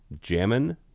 Jammin